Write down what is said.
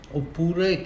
oppure